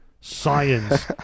science